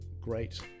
great